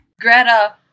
Greta